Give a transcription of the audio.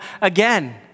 again